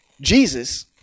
Jesus